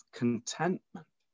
contentment